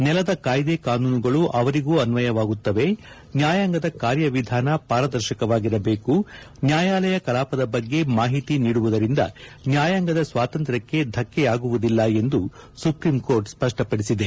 ನೆಲದ ಕಾಯ್ದೆ ಕಾನೂನುಗಳು ಅವರಿಗೂ ಅನ್ವಯವಾಗುತ್ತವೆ ನ್ಯಾಯಾಂಗದ ಕಾರ್ಯ ವಿಧಾನ ಪಾರದರ್ಶಕವಾಗಿರಬೇಕು ನ್ಕಾಯಾಲಯ ಕಲಾಪದ ಬಗ್ಗೆ ಮಾಹಿತಿ ನೀಡುವುದರಿಂದ ನ್ಕಾಯಾಂಗದ ಸ್ವಾತಂತ್ರ್ಯಕ್ಕೆ ಧಕ್ಕೆಯಾಗುವುದಿಲ್ಲ ಎಂದು ಸುಪ್ರೀಂಕೋರ್ಟ್ ಸ್ಪಷ್ವವಡಿಸಿದೆ